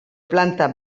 planta